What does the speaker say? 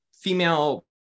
female